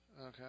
Okay